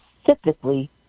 specifically